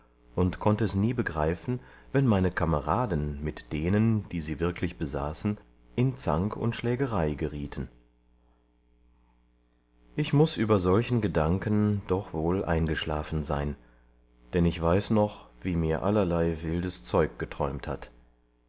und konnte es nie begreifen wenn meine kameraden mit denen die sie wirklich besaßen in zank und schlägerei gerieten ich muß über solchen gedanken doch wohl eingeschlafen sein denn ich weiß noch wie mir allerlei wildes zeug geträumt hat